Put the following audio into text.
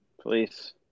please